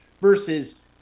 versus